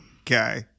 okay